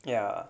ya